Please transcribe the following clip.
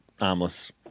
armless